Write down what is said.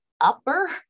upper